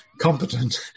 competent